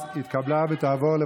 התשפ"ג 2022,